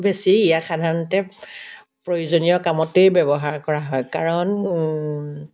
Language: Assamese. বেছি ইয়াক সাধাৰণতে প্ৰয়োজনীয় কামতে ব্যৱহাৰ কৰা হয় কাৰণ